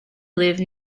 live